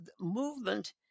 Movement